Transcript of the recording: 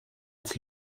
als